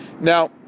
Now